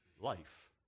life